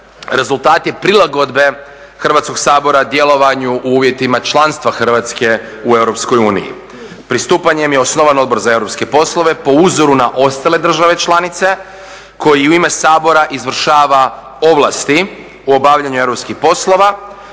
rezultat je prilagodbe Hrvatskog sabora djelovanju u uvjetima članstva Hrvatske u EU. Pristupanjem je osnovan Odbor za europske poslove, po uzoru na ostale države članice koji u ime Sabora izvršava ovlasti u obavljanju europskih poslova